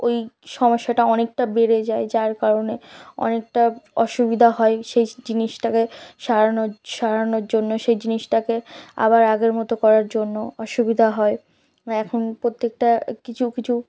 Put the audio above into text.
ঐ সমস্যাটা অনেকটা বেড়ে যায় যার কারণে অনেকটা অসুবিধা হয় সেই জিনিসটাকে সারানোর জন্য সেই জিনিসটাকে আবার আগের মতো করার জন্য অসুবিধা হয় এখন প্রত্যেকটা কিছু কিছু